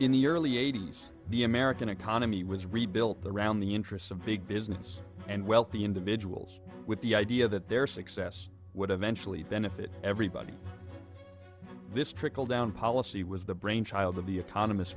in the early eighties the american economy was rebuilt around the interests of big business and wealthy individuals with the idea that their success would eventually benefit everybody this trickle down policy was the brainchild of the economist